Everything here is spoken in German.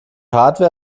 hardware